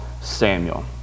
Samuel